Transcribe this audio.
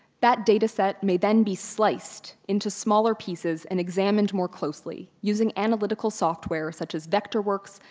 that data set may then be sliced into smaller pieces and examined more closely using analytical software such as vectorworks,